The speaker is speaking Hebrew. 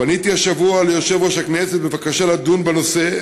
פניתי השבוע ליושב-ראש הכנסת בבקשה לדון בנושא,